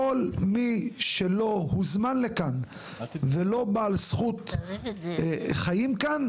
כל מי שלא הוזמן לכאן ולא בעל זכות חיים כאן,